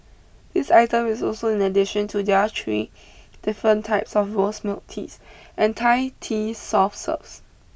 this item is also in addition to their three different types of rose milk teas and Thai tea soft serves